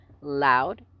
loud